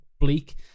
bleak